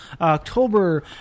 October